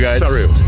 Sorry